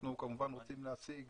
אנחנו כמובן רוצים להשיג